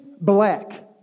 black